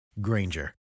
Granger